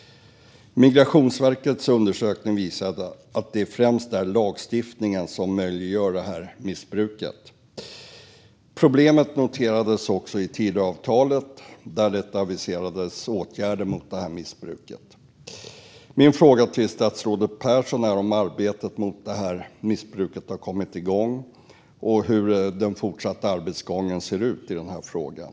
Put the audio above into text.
Migrationsverkets undersökning visade att det främst är lagstiftningen som möjliggör det här missbruket. Problemet noterades också i Tidöavtalet, där det aviserades åtgärder mot detta. Min fråga till statsrådet Persson är om arbetet mot missbruket har kommit igång och hur den fortsatta arbetsgången ser ut i frågan.